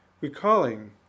recalling